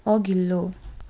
अघिल्लो